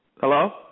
Hello